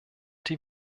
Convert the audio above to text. die